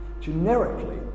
Generically